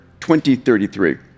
2033